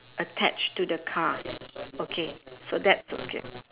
attached to the car okay so that's okay